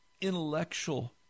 intellectual